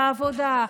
לעבודה,